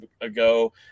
ago